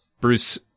Bruce